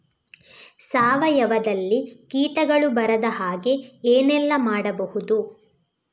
ಸಾವಯವದಲ್ಲಿ ಕೀಟಗಳು ಬರದ ಹಾಗೆ ಏನೆಲ್ಲ ಮಾಡಬಹುದು?